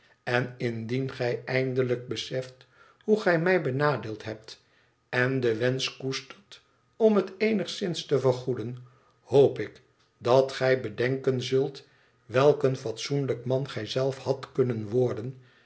en mdien gij eindelijk beseft hoe gij mij benadeeld hebt en den wensch koestert om het eenigszins te vergoeden hoop ik dat gij bedenken znlt welk een fatsoenlijk man gij zelf hadt kunnen worden